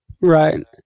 Right